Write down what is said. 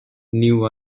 new